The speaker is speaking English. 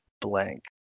blank